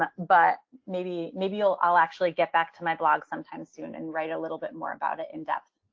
ah but maybe maybe i'll i'll actually get back to my blog sometime soon and write a little bit more about it in depth.